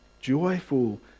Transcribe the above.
joyful